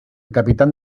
capitán